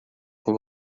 com